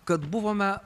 kad buvome